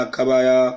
Kabaya